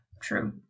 true